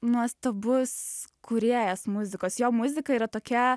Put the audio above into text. nuostabus kūrėjas muzikos jo muzika yra tokia